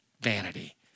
vanity